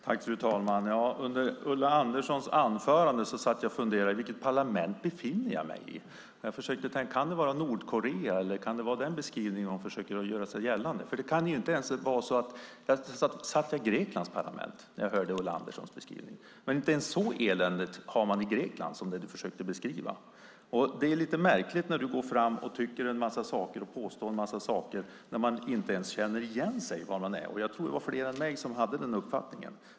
Fru talman! Under Ulla Anderssons anförande satt jag och funderade på i vilket parlament jag befann mig. Jag tänkte: Kan det vara Nordkorea? Kan det vara det hon beskriver? Eller satt jag i Greklands parlament? Inte ens i Grekland har man det så eländigt som det du försökte beskriva, Ulla Andersson. Det är lite märkligt att man inte känner igen sig när du tycker och påstår en massa saker. Jag tror att det var fler än jag som hade den uppfattning.